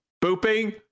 pooping